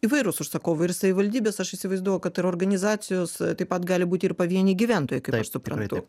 įvairūs užsakovai ir savivaldybės aš įsivaizduoju kad ir organizacijos taip pat gali būti ir pavieniai gyventojai kaip aš suprantu